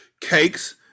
Cake's